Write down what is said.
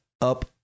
up